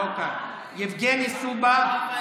לא כאן, יבגני סובה,